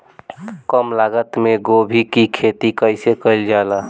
कम लागत मे गोभी की खेती कइसे कइल जाला?